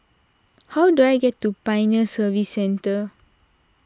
how do I get to Pioneer Service Centre